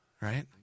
right